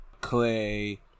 Clay